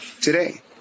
today